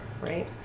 right